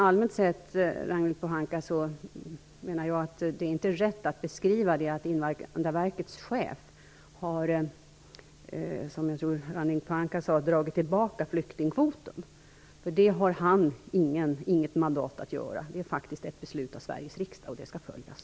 Allmänt sett menar jag, Ragnhild Pohanka, att det inte är rätt att beskriva det så att Invandrarverkets chef har dragit in flyktingkvoten. Det har han inget mandat att göra. Det är ett beslut av Sveriges riksdag, och det skall följas.